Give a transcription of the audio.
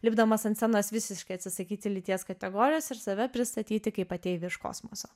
lipdamas ant scenos visiškai atsisakyti lyties kategorijos ir save pristatyti kaip ateivį iš kosmoso